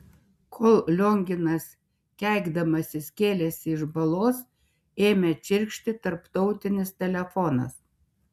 kol lionginas keikdamasis kėlėsi iš balos ėmė čirkšti tarptautinis telefonas